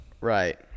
Right